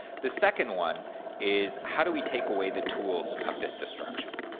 the second one is how do we take away the tools of this destruction.